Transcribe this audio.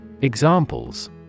Examples